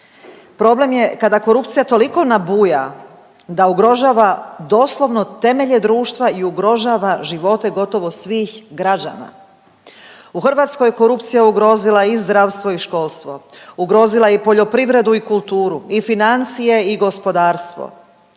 Problem je kada korupcija toliko nabuja da ugrožava doslovno temelje društva i ugrožava živote gotovo svih građana. U Hrvatskoj je korupcija ugrozila i zdravstvo i školstvo, ugrozila je i poljoprivredu i kulturu i financije i gospodarstvo.